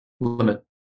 limit